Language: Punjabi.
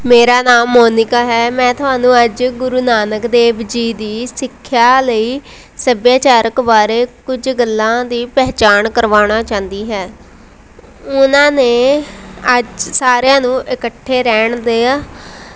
ਮੇਰਾ ਨਾਮ ਮੋਨੀਕਾ ਹੈ ਮੈਂ ਤੁਹਾਨੂੰ ਅੱਜ ਗੁਰੂ ਨਾਨਕ ਦੇਵ ਜੀ ਦੀ ਸਿੱਖਿਆ ਲਈ ਸੱਭਿਆਚਾਰਕ ਬਾਰੇ ਕੁਝ ਗੱਲਾਂ ਦੀ ਪਹਿਚਾਣ ਕਰਵਾਉਣਾ ਚਾਹੁੰਦੀ ਹੈ ਉਹਨਾਂ ਨੇ ਅੱਜ ਸਾਰਿਆਂ ਨੂੰ ਇਕੱਠੇ ਰਹਿਣ ਦੇ ਆ